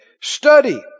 Study